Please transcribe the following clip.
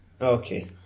Okay